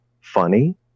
funny